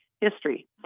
history